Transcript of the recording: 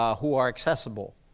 ah who are accessible.